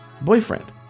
boyfriend